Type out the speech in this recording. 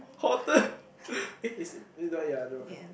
hot water eh is ya you draw a card